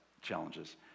challenges